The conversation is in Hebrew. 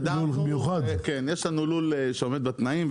ויש לנו לול שעומד בתנאים,